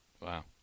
Wow